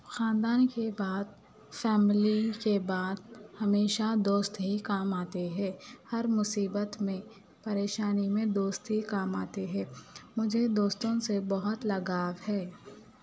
خاندان کے بعد فیملی کے بعد ہمیشہ دوست ہی کام آتے ہے ہر مصیبت میں پریشانی میں دوست ہی کام آتے ہے مجھے دوستوں سے بہت لگاؤ ہے